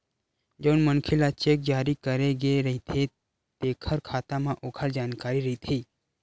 जउन मनखे ल चेक जारी करे गे रहिथे तेखर खाता म ओखर जानकारी रहिथे